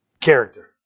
character